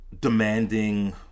demanding